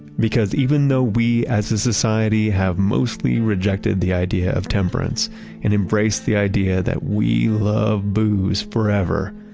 because even though we, as a society, have mostly rejected the idea of temperance and embrace the idea that we love booze forever,